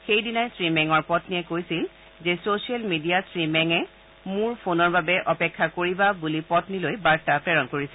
সেইদিনাই শ্ৰীমেঙৰ পন্নীয়ে কৈছিল যে ছচিয়েল মিডিয়াত শ্ৰীমেঙে মোৰ ফোনৰ বাবে অপেক্ষা কৰিবা বুলি পন্নীলৈ বাৰ্তা প্ৰেৰণ কৰিছিল